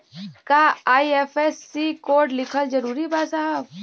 का IFSC code लिखल जरूरी बा साहब?